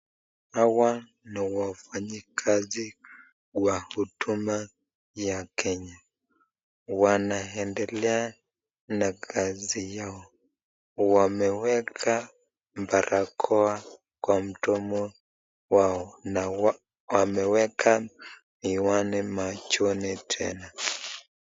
Hawa ni wafanyakazi wa huduma ya kenya. Wanaendelea na kazi yao, wameweka barakoa kwa mdomo wao na wameweka miwani machoni tena.